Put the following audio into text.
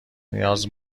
نیاز